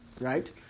right